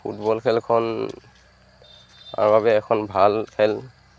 football খেলখন আমাৰ বাবে এখন ভাল খেল